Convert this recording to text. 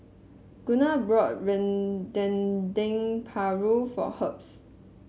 Gunnar brought Dendeng Paru for Herbs